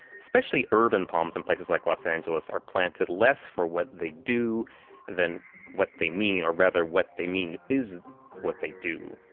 especially urban palms in places like los angeles are planted less for what they do than what they mean, or rather what they mean, it's what they do